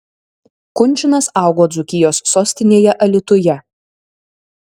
kunčinas augo dzūkijos sostinėje alytuje